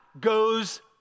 goes